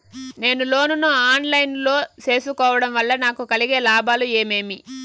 నేను లోను ను online లో సేసుకోవడం వల్ల నాకు కలిగే లాభాలు ఏమేమీ?